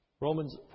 Romans